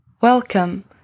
Welcome